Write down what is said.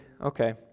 okay